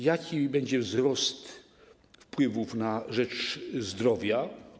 Jaki będzie wzrost wpływów na rzecz zdrowia?